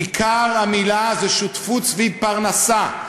עיקר המילה זה שותפות סביב פרנסה,